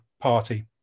party